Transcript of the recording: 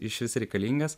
išvis reikalingas